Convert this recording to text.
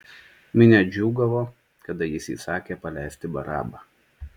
minia džiūgavo kada jis įsakė paleisti barabą